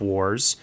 Wars